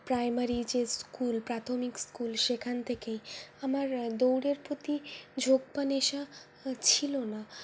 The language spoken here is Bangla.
প্রাইমারি যে স্কুল প্রাথমিক স্কুল সেখান থেকেই আমার দৌড়ের প্রতি ঝোঁক বা নেশা ছিল না